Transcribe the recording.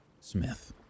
Smith